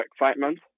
excitement